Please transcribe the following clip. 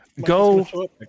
go